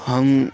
ہم